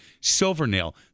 Silvernail